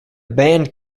band